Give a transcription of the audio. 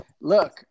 look